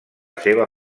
seva